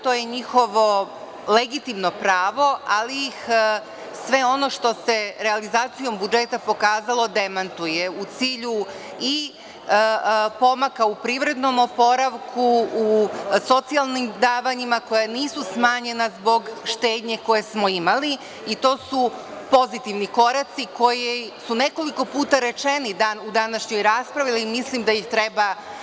To je njihovo legitimno pravo, ali sve ono što se realizacijom budžeta pokazalo demantuje u cilju i pomaka u privrednom oporavku, u socijalnim davanjima koja nisu smanjena zbog štednje koju smo imali i to su pozitivni koraci koji su nekoliko puta rečeni u današnjoj raspravi i mislim da ih treba